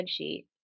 spreadsheet